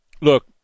Look